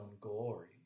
glory